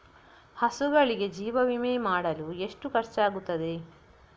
ಹಸುಗಳಿಗೆ ಜೀವ ವಿಮೆ ಮಾಡಲು ಎಷ್ಟು ಖರ್ಚಾಗುತ್ತದೆ?